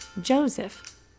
Joseph